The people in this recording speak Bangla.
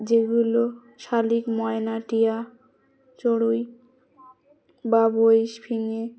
যেগুলো শালিক ময়না টিয়া চড়ুই বা বইস ফিঙে